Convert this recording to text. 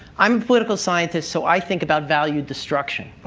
i'm political scientist, so i think about value destruction.